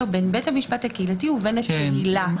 בין בית המשפט הקהילתי ובין הקהילה.